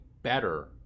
better